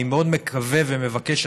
אני מאוד מקווה ומבקש,